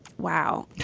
wow